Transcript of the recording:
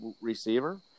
receiver